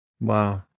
Wow